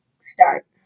start